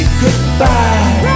goodbye